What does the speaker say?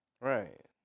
Right